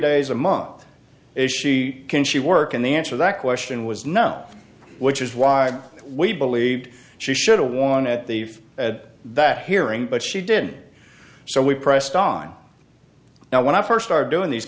days a month if she can she work and the answer that question was no which is why we believed she should have won at the at that hearing but she did so we pressed on now when i first started doing these